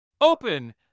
Open